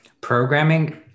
programming